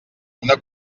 una